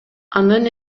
анын